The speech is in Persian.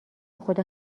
خدا